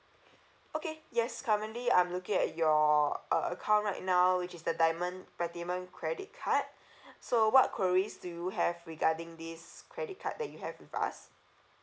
okay yes currently I'm looking at your uh account right now which is the diamond platinum credit card so what queries do you have regarding this credit card that you have with us